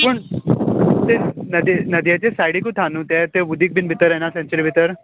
पूण ते नदेंत नदयेच्या सायडीकूच आहा न्हू तें तें उदीक बीन भितर येना सेन्चुरी भितर